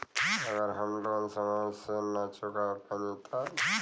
अगर हम लोन समय से ना चुका पैनी तब?